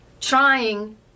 trying